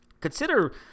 consider